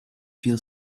feel